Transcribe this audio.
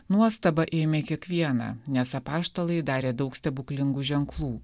nuostaba ėmė kiekvieną nes apaštalai darė daug stebuklingų ženklų